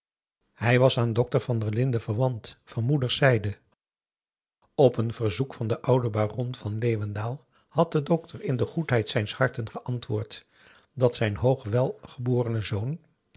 hij was aan dokter van der linden verwant van moeders zijde op een verzoek van den ouden baron van leeuwendaal had de dokter in de goedheid zijns harten geantwoord dat zijn hoogwelgeborene den zoon